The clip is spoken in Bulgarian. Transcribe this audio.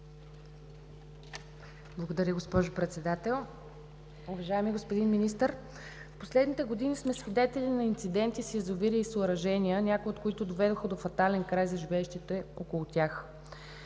Благодаря, госпожо Председател.